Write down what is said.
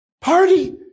Party